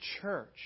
church